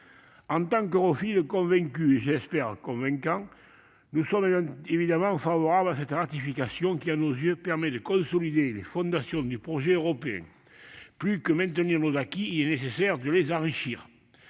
En tant qu'europhiles convaincus et, je l'espère, convaincants, nous sommes évidemment favorables à cette ratification qui, à nos yeux, permet de consolider les fondations du projet européen. Aujourd'hui, il semble nécessaire d'enrichir